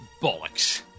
Bollocks